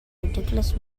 ridiculous